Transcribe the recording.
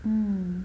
mm